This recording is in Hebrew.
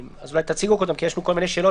אולי תציגו קודם כי יש פה כל מיני שאלות,